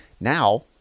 Now